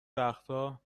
وقتها